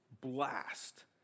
blast